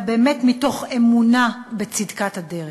חס וחלילה, אלא באמת מתוך אמונה בצדקת הדרך.